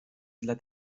dla